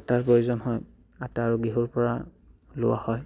আটাৰ প্ৰয়োজন হয় আটাৰ আৰু ঘেঁহুৰ পৰা লোৱা হয়